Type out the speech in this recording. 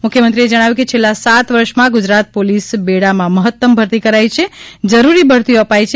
મુખ્યમંત્રીશ્રીએ જણાવ્યું કે છેલ્લા સાત વર્ષમાં ગુજરાત પોલીસ બેડામાં મહત્તમ ભરતી કરાઇ છે જરૂરી બઢતીઓ અપાઇ છે